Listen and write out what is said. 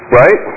right